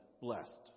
blessed